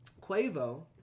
Quavo